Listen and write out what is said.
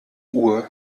uhr